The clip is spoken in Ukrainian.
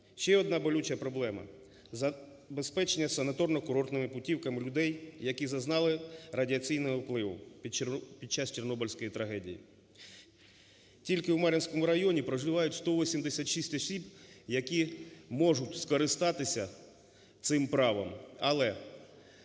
Ще одна болюча проблема – забезпечення санаторно-курортними путівками людей, які зазнали радіаційного впливу під час Чорнобильської трагедії. Тільки вМар'їнському районі проживають 186 осіб, які можуть скористатися цим правом,